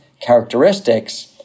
characteristics